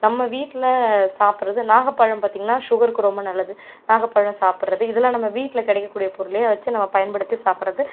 நம்ம வீட்டில் சாப்புடறது நாகப்பழம் பார்த்தீங்கன்னா சுகருக்கு ரொம்ப நல்லது நாகப்பழம் சாப்புடறது இதுலாம் நம்ப வீட்டில் கிடைக்கக்கூடிய பொருளை வச்சு நம்ப பயன்படுத்தி சாப்புடறது